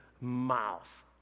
mouth